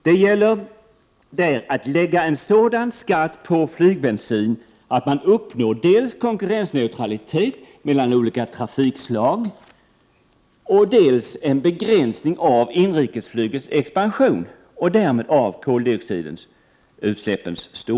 Det gäller där att lägga en sådan skatt på flygbensin att man uppnår dels konkurrensneutralitet mellan olika trafikslag, dels en begränsning av inrikesflygets expansion och därmed av koldioxidutsläppen.